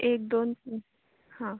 एक दोन हां